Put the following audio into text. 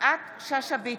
יפעת שאשא ביטון,